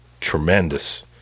tremendous